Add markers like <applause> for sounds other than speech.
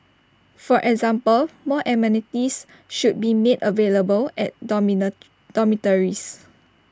for example more amenities should be made available at <unintelligible> dormitories